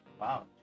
wow